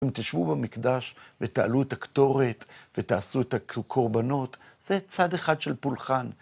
אם תשבו במקדש, ותעלו את הקטורת, ותעשו את הקורבנות, זה צד אחד של פולחן.